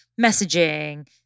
messaging